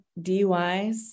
DUIs